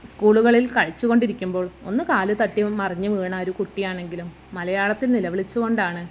സ്കൂളുകളിൽ കളിച്ചുകൊണ്ടിരിക്കുമ്പോൾ ഒന്ന് കാലു തട്ടി മറിഞ്ഞു വീണ ഒരു കുട്ടിയാണെങ്കിലും മലയാളത്തിൽ നിലവിളിച്ചുകൊണ്ടാണ്